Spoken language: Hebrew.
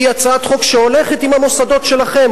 היא הצעת חוק שהולכת עם המוסדות שלכם,